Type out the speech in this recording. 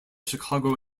chicago